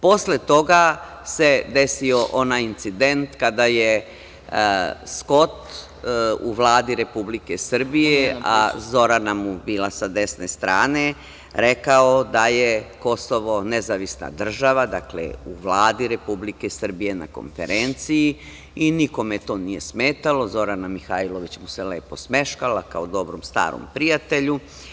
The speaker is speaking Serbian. Posle toga se desio onaj incident kada je Skot u Vladi Republike Srbije, a Zorana mu bila sa desne strane, rekao da je Kosovo nezavisna država, dakle, u Vladi Republike Srbije, na konferenciji i nikome to nije smetalo, Zorana Mihajlović mu se lepo smeškala, kao dobrom starom prijatelju.